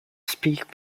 speak